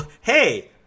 Hey